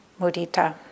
mudita